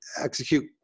execute